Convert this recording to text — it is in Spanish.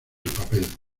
papel